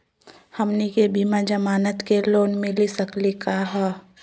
हमनी के बिना जमानत के लोन मिली सकली क हो?